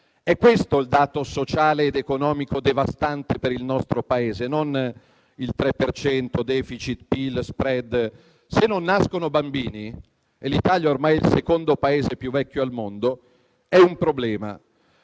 È questo il dato sociale ed economico devastante per il nostro Paese, e non il 3 per cento *deficit*-PIL, lo *spread.* Se non nascono bambini - e l'Italia ormai è il secondo Paese più vecchio al mondo - è un problema.